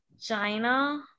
China